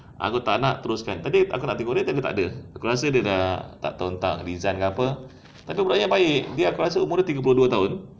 aku tak nak teruskan tapi aku nak tegur dia dia takda aku rasa dia dah tak tahu entah resign ke apa tapi budaknya baik abeh aku rasa umur dia tiga puluh dua tahun